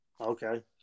Okay